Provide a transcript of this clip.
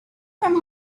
from